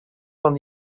van